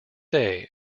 day